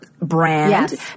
brand